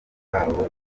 babo